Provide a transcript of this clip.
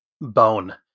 bone